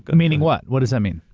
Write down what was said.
ah meaning what? what does that mean?